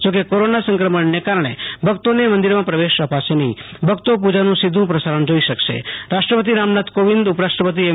જો કે કોરોના સંક્રમણને કારણે ભક્તોને મંદિરમાં પ્રવેશ અપાશે નહી ભક્તો પુજાનું સીધુ પ્રસારણ જોઈ શકશે રાષ્ટ્રપતિ રામનાથ કોવિંદ ઉપરાષ્ટ્રપતિ એમ